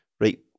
right